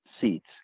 seats